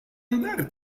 andare